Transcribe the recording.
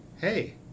hey